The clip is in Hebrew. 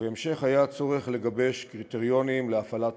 ובהמשך היה צורך לגבש קריטריונים להפעלת